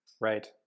Right